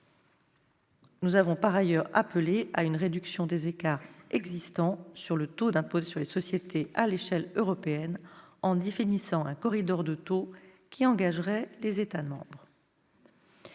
nous avons appelé à une réduction des écarts de taux d'impôt sur les sociétés à l'échelle européenne, en définissant un corridor de taux qui engagerait les États membres.